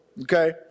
okay